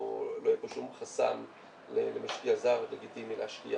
לא יהיה פה שום חסם למשקיע זר לגיטימי להשקיע